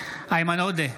איימן עודה,